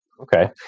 Okay